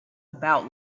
about